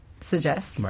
suggest